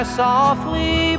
softly